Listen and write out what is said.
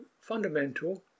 Fundamental